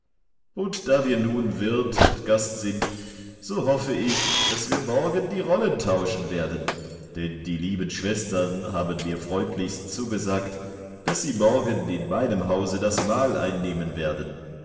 und da wir nun wirt und gast sind so hoffe ich daß wir morgen die rollen tauschen werden denn die lieben schwestern haben mir freundlichst zugesagt daß sie morgen in meinem hause das mahl einnehmen werden